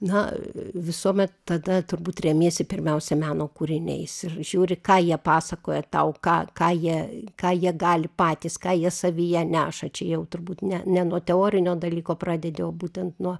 na visuomet tada turbūt remiesi pirmiausia meno kūriniais ir žiūri ką jie pasakoja tau ką ką jie ką jie gali patys ką jie savyje neša čia jau turbūt ne ne nuo teorinio dalyko pradedi o būtent nuo